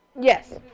yes